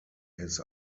his